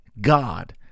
God